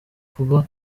vuba